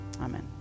Amen